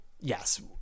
Yes